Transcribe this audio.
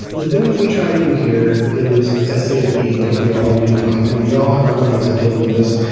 the thing that we try to do here is i say we like we all are unified now. we all have our own ways of dealing with this.